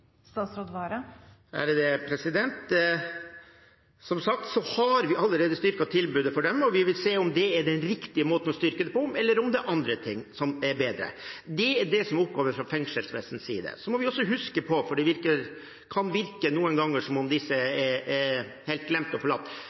Som sagt har vi allerede styrket tilbudet for dem, og vi vil se om det er den riktige måten å styrke det på, eller om det er andre måter som er bedre. Det er fengselsvesenets oppgave. Så må vi huske på, for det kan noen ganger virke som om disse innsatte er helt glemt og forlatt,